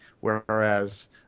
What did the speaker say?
whereas